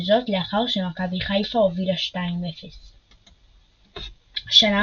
וזאת לאחר שמכבי חיפה הובילה 0–2. שנה